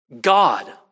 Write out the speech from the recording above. God